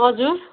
हजुर